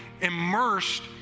immersed